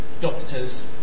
doctors